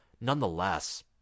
nonetheless